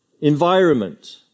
environment